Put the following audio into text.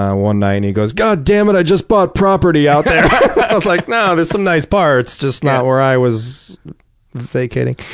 one night, and he goes, god dammit, i just bought property out there! i was like, nah, there's some nice parts. just not where i was vacating.